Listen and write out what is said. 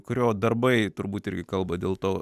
kurio darbai turbūt irgi kalba dėl to